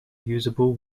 usable